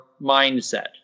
mindset